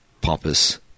pompous